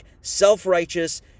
self-righteous